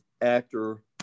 actor